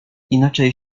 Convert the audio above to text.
inaczej